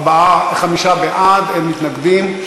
חמישה בעד, אין מתנגדים.